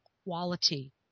quality